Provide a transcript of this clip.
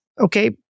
okay